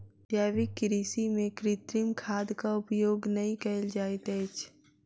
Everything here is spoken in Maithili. जैविक कृषि में कृत्रिम खादक उपयोग नै कयल जाइत अछि